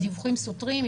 הדיווחים סותרים,